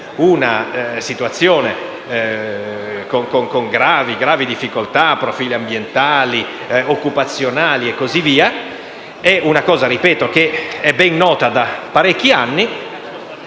una situazione con gravi difficoltà (profili ambientali, occupazionali e così via) che è ben nota da parecchi anni.